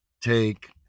take